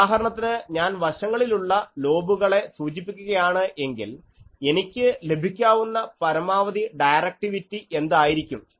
ഉദാഹരണത്തിന് ഞാൻ വശങ്ങളിലുള്ള ലോബുകളെ സൂചിപ്പിക്കുകയാണ് എങ്കിൽ എനിക്ക് ലഭിക്കാവുന്ന പരമാവധി ഡയറക്ടിവിറ്റി എന്തായിരിക്കും